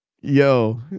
yo